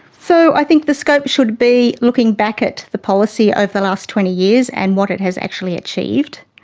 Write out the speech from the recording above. so i think the scope should be looking back at the policy over the last twenty years and what it has actually achieved.